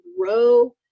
grow